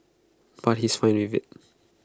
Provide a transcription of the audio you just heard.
but he's fine with IT